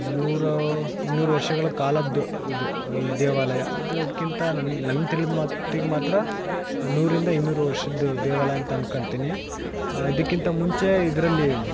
ನೂರು ಇನ್ನೂರು ವರ್ಷಗಳ ಕಾಲದ್ದು ಇದು ಈ ದೇವಾಲಯ ಇದಕ್ಕಿಂತ ನನ್ನ ನನ್ಗೆ ತಿಳಿದ ಮಟ್ಟಿಗೆ ಮಾತ್ರ ನೂರಿಂದ ಇನ್ನೂರು ವರ್ಷದ ದೇವಾಲಯಂತ ಅನ್ಕೊಂತಿನಿ ಇದಕ್ಕಿಂತ ಮುಂಚೆ ಇದರಲ್ಲಿ